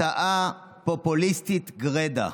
הצעה פופוליסטית גרידא.